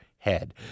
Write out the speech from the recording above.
head